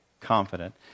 confident